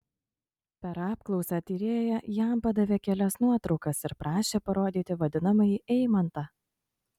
per apklausą tyrėja jam padavė kelias nuotraukas ir prašė parodyti vadinamąjį eimantą